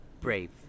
Brave